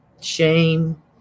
Shame